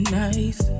nice